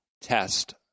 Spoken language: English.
test